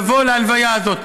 לבוא להלוויה הזאת.